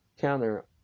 counter